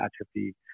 atrophy